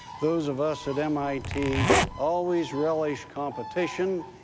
those of us at mit always relish competition,